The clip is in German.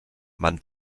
man